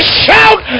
shout